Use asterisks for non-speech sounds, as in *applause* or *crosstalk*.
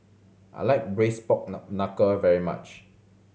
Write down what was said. I like braised pork *unintelligible* knuckle very much